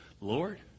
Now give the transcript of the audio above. Lord